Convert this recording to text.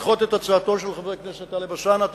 לדחות את הצעתו של חבר הכנסת טלב אלסאנע.